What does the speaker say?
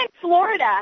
Florida